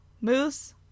moose